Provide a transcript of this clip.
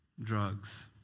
drugs